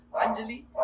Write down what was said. Anjali